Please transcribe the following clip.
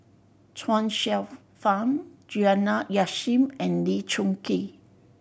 Chuang Hsueh Fang Juliana Yasin and Lee Choon Kee